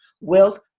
wealth